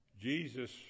Jesus